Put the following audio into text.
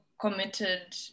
committed